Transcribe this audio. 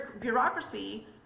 bureaucracy